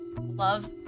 love